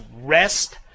rest